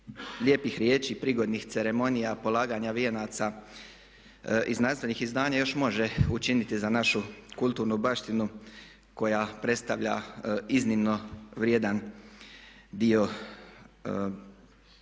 lijepih riječi, prigodnih ceremonija polaganja vijenaca i znanstvenih izdanja još može učiniti za našu kulturnu baštinu koja predstavlja iznimno vrijedan dio onoga